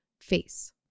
face